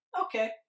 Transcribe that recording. okay